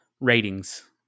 ratings